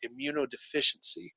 immunodeficiency